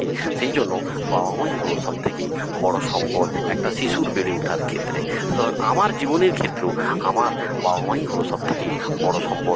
সেই জন্য বাবা মাই হলো সব থেকে বড়ো সম্পদ একটা শিশুর বেড়ে উঠার ক্ষেত্রে সুতরাং আমার জীবনের ক্ষেত্রেও আমার বাবা মাই হলো সব থেকে বড়ো সম্পদ